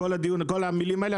כל המילים האלה,